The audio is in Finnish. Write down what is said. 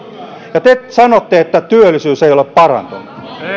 ja te sanotte että työllisyys ei ole parantunut